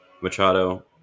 Machado